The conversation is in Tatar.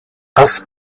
кыз